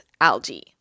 algae